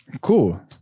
cool